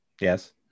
Yes